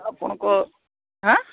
ଆପଣଙ୍କ ହାଁ